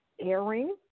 airing